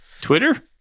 Twitter